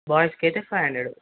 బాయ్స్కైతే five hundred